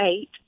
eight